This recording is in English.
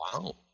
Wow